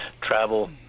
travel